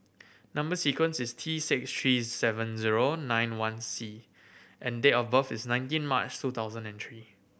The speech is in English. number sequence is T six three seven zero nine one C and date of birth is nineteen March two thousand and three